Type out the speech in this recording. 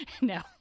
No